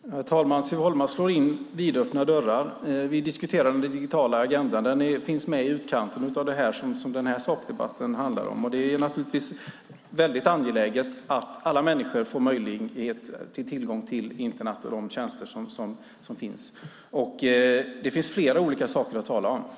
Herr talman! Siv Holma slår in vidöppna dörrar. Vi diskuterar den digitala agendan. Den finns med i utkanten av det som den här sakdebatten handlar om. Det är naturligtvis väldigt angeläget att alla människor får tillgång till Internet och de tjänster som finns. Det finns flera olika saker att tala om.